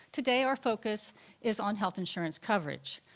today our focus is on health insurance coverage.